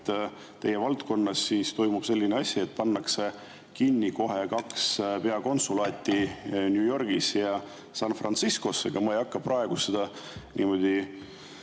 Teie valdkonnas toimub selline asi, et pannakse kinni kohe kaks peakonsulaati, New Yorgis ja San Franciscos. Ma ei hakka praegu seda niimoodi